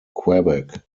quebec